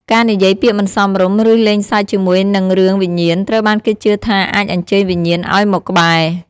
ការនិយាយពាក្យមិនសមរម្យ ឬលេងសើចជាមួយនឹងរឿងវិញ្ញាណ ត្រូវបានគេជឿថាអាចអញ្ជើញវិញ្ញាណឱ្យមកក្បែរ។